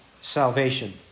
salvation